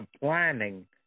planning